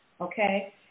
okay